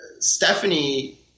Stephanie